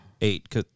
Eight